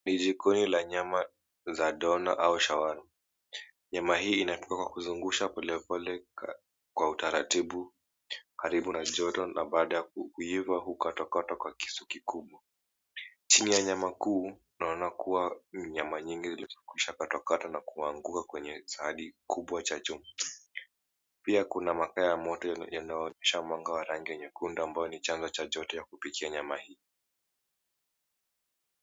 Ni jikoni la nyama za dona au shawarma . Nyama hii inapikwa kwa kuzungushwa polepole kwa utaratibu karibu na joto na baada ya kuiva hukatwakatwa kwa kisu kikubwa. Chini ya nyama kuu tunaona kua nyama nyingi zilikua zishaakatwakatwa na kuanguka kwenye sahani kubwa cha chuma. Pia kuna makaa ya moto yanaonyesha mwanga ya rangi ya nyekundu ambayo ni changa cha joto ya kupikia nyama hii.